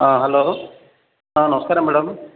ହଁ ହ୍ୟାଲୋ ହଁ ନମସ୍କାର ମ୍ୟାଡ଼ାମ୍